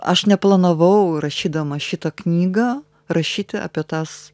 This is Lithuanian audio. aš neplanavau rašydama šitą knygą rašyti apie tas